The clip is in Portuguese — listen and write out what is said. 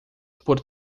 por